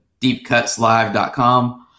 deepcutslive.com